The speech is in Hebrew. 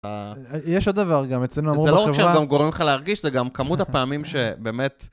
יש עוד דבר גם, אצלנו אמרו בשבוע. זה לא רק שזה גם גורם לך להרגיש, זה גם כמות הפעמים שבאמת...